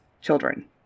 children